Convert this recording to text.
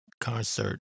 concert